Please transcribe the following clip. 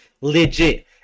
Legit